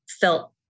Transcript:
felt